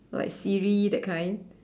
like Siri that kind